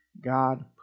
God